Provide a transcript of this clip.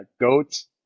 goats